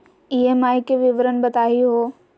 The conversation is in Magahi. ई.एम.आई के विवरण बताही हो?